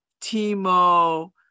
Timo